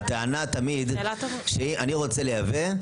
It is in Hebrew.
הטענה תמיד אני רוצה לייבא,